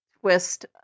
twist